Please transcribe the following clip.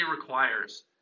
requires